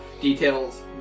details